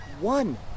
one